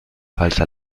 falsa